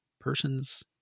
person's